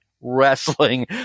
wrestling